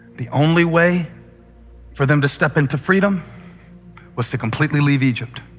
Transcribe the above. the only way for them to step into freedom was to completely leave egypt.